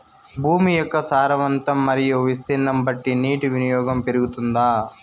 భూమి యొక్క సారవంతం మరియు విస్తీర్ణం బట్టి నీటి వినియోగం పెరుగుతుందా?